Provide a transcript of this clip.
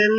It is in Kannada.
ಎಲ್